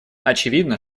очевидно